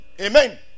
amen